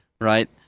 right